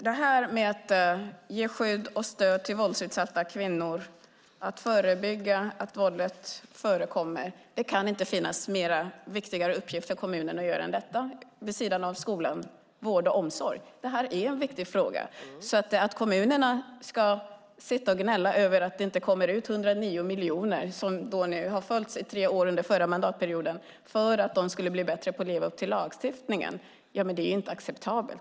Fru talman! Vid sidan av skolan, vården och omsorgen kan det inte finnas en viktigare uppgift för kommunen än att ge skydd och stöd till våldsutsatta kvinnor och att förebygga att våldet förekommer. Det här är en viktig fråga. Att kommunerna ska gnälla över att det inte kommer 109 miljoner, vilket de fick under tre år under den förra mandatperioden för att de skulle bli bättre på att leva upp till lagstiftningen, är inte acceptabelt.